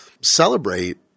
celebrate